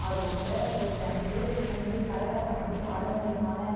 ஆடுவாங்க folk dance அது மாதிரி கரகாட்டம் வந்து பாரம்பரியமான